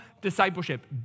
discipleship